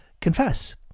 confess